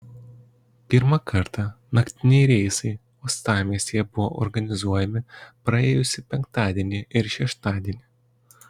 pirmą kartą naktiniai reisai uostamiestyje buvo organizuojami praėjusį penktadienį ir šeštadienį